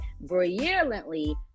brilliantly